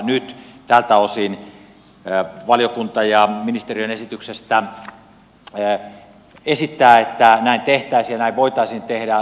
nyt tältä osin valiokunta ministeriön esityksestä esittää että näin tehtäisiin ja näin voitaisiin tehdä